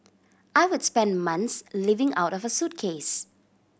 I would spend months living out of a suitcase